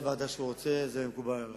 איזו ועדה שהוא רוצה, מקובל עלי.